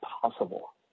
possible